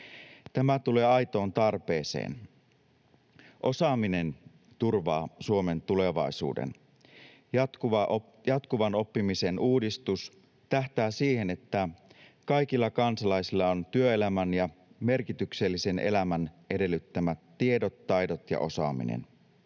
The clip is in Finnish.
Tämä tulee aitoon tarpeeseen. Osaaminen turvaa Suomen tulevaisuuden. Jatkuvan oppimisen uudistus tähtää siihen, että kaikilla kansalaisilla on työelämän ja merkityksellisen elämän edellyttämät tiedot, taidot ja osaaminen.